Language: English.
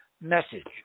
message